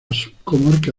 subcomarca